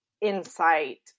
insight